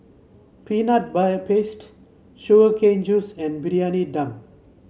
Peanut Paste Sugar Cane Juice and Briyani Dum